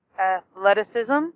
Athleticism